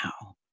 now